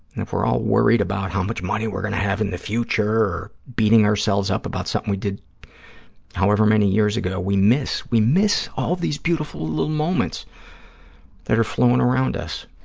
and if we're all worried about how much money we're going to have in the future or beating ourselves up about something we did however many years ago, we miss, we miss all these beautiful little moments that are flowing around us.